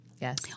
Yes